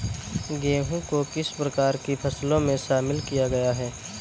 गेहूँ को किस प्रकार की फसलों में शामिल किया गया है?